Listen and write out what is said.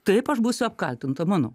taip aš būsiu apkaltinta mano